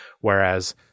Whereas